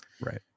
Right